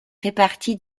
repartie